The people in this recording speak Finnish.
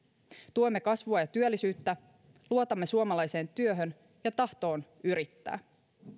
tuemme kasvua ja työllisyyttä ja luotamme suomalaiseen työhön ja tahtoon yrittää